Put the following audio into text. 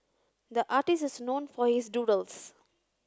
the artist is known for his doodles